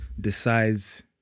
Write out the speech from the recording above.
decides